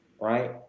right